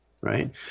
right